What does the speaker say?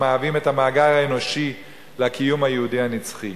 המהווים את המאגר האנושי לקיום היהודי הנצחי.